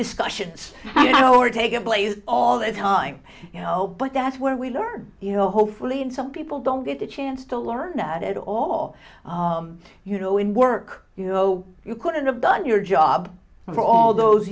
discussions were taking place all the time you know but that's where we learn you know hopefully and some people don't get a chance to learn that at all you know in work you know you couldn't have done your job for all those